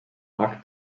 lock